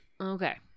Okay